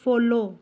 follow